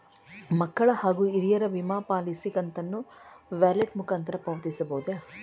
ಮಕ್ಕಳ ಹಾಗೂ ಹಿರಿಯರ ವಿಮಾ ಪಾಲಿಸಿ ಕಂತನ್ನು ವ್ಯಾಲೆಟ್ ಮುಖಾಂತರ ಪಾವತಿಸಬಹುದೇ?